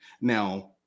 Now